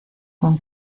con